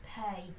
pay